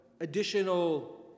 additional